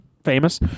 famous